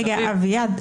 רגע, אביעד.